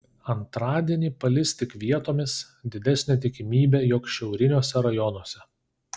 antradienį palis tik vietomis didesnė tikimybė jog šiauriniuose rajonuose